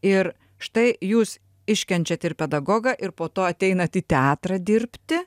ir štai jūs iškenčiat ir pedagogą ir po to ateinat į teatrą dirbti